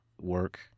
work